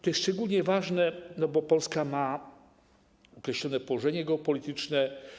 To jest szczególnie ważne, bo Polska ma określone położenie geopolityczne.